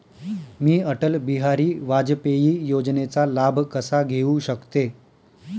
मी अटल बिहारी वाजपेयी योजनेचा लाभ कसा घेऊ शकते?